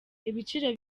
ibiciro